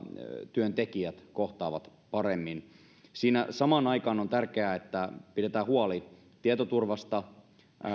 työntekijät kohtaavat paremmin samaan aikaan on tärkeää että pidetään huoli tietoturvasta